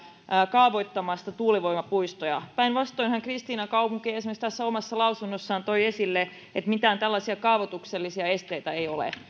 kaavoittamasta tuulivoimapuistoja päinvastoinhan esimerkiksi kristiinankaupunki tässä omassa lausunnossaan toi esille että mitään tällaisia kaavoituksellisia esteitä ei ole